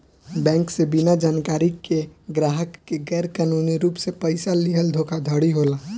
bank से बिना जानकारी के ग्राहक के गैर कानूनी रूप से पइसा लीहल धोखाधड़ी होला